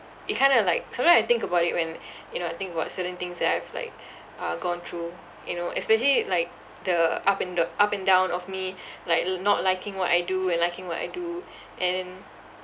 it kinda like sometime I think about it when you know I think about certain things that I've like uh gone through you know especially like the up and d~ up and down of me like l~ not liking what I do and liking what I do and then